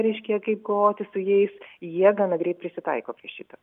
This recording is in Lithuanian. reiškia kaip kovoti su jais jie gana greit prisitaiko prie šito